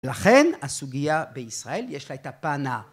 לכן הסוגיה בישראל, יש לה את הפן ה..